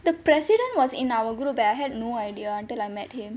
the president was in our group leh I had no idea until I met him